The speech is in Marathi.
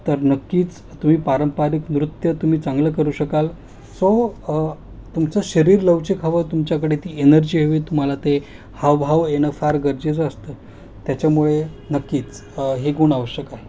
तर नक्कीच तुम्ही पारंपरिक नृत्य तुम्ही चांगलं करू शकाल सो तुमचं शरीर लवचीक हवं तुमच्याकडे ती एनर्जी हवी तुम्हाला ते हावभाव येणं फार गरजेचं असतं त्याच्यामुळे नक्कीच हे गुण आवश्यक आहे